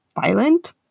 violent